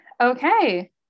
Okay